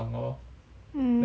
mm